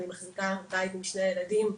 אני מחזיקה בית עם שני ילדים.